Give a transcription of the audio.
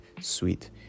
sweet